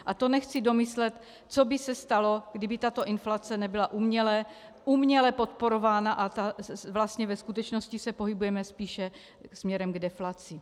A to nechci domyslet, co by se stalo, kdyby tato inflace nebyla uměle uměle podporována a vlastně se ve skutečnosti pohybujeme spíše směrem k deflaci.